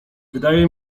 wydaje